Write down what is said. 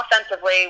offensively